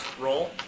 roll